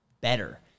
better